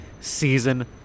season